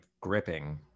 gripping